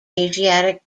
asiatic